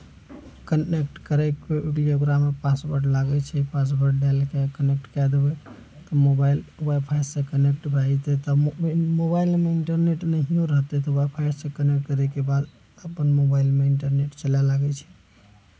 connect करैके लिये ओकरामे पासवर्ड लागै छै पासवर्ड डालिके कनेक्ट कए देबै तऽ मोबाइल वाइफाइ से कनेक्ट भए जेतै तब मोबाइल मे इंटरनेट नहियो रहतै तऽ वाइफ से कनेक्ट करै के बाद अपन मोबाइलमे इन्टरनेट चलऽ लागै छै